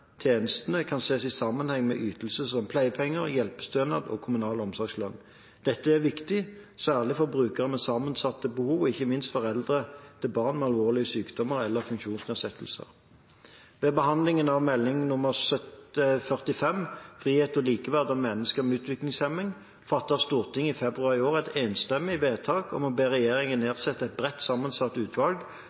tjenestene kan sees i sammenheng med ytelser som pleiepenger, hjelpestønad og kommunal omsorgslønn. Dette er viktig, særlig for brukere med sammensatte behov og ikke minst for foreldre til barn med alvorlige sykdommer eller funksjonsnedsettelser. Ved behandlingen av Meld. St. 45 for 2012–2013, Frihet og likeverd – Om mennesker med utviklingshemming, fattet Stortinget i februar i år et enstemmig vedtak om å be regjeringen nedsette et bredt sammensatt utvalg